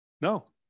No